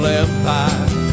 empire